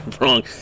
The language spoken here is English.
Wrong